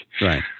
Right